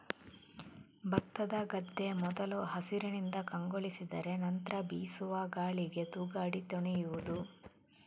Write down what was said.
ಭತ್ತದ ಗದ್ದೆ ಮೊದಲು ಹಸಿರಿನಿಂದ ಕಂಗೊಳಿಸಿದರೆ ನಂತ್ರ ಬೀಸುವ ಗಾಳಿಗೆ ತೂಗಾಡಿ ತೊನೆಯುವುದು